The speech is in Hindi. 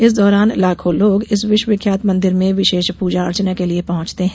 इस दौरान लाखों लोग इस विश्वविख्यात मंदिर में विशेष पूजा अर्चना के लिए पहंचते हैं